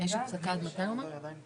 הישיבה ננעלה בשעה